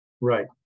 Right